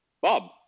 bob